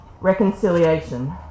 Reconciliation